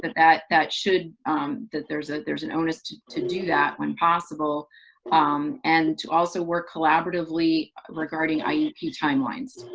that that that should that there's ah there's an onus to to do that when possible um and to also work collaboratively regarding iep time lines.